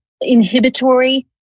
inhibitory